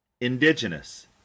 Indigenous